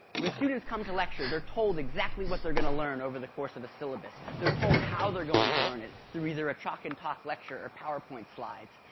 when students come to lecture they're told exactly what they're going to learn over the course of a syllabus. they're told how they're going to learn it through either a chalk and talk lecture or powerpoint slides.